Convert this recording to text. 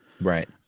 Right